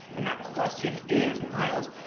and that question is miles.